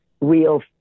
real